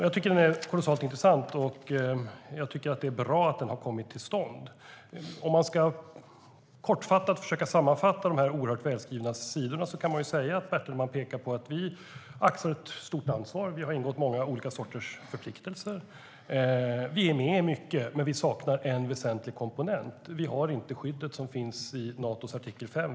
Jag tycker att den är kolossalt intressant, och jag tycker att det är bra att den har kommit till stånd. Om man ska försöka sammanfatta de oerhört välskrivna sidorna kortfattat kan man säga att Bertelman pekar på att vi axlar ett stort ansvar. Vi har ingått många olika sorters förpliktelser, och vi är med i mycket. Vi saknar dock en väsentlig komponent: Vi har inte det skydd som finns i Natos artikel 5.